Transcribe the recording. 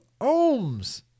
ohms